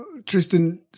Tristan